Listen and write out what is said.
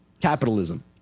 Capitalism